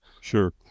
Sure